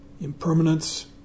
Impermanence